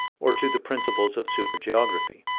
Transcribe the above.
or to the principles of super-geography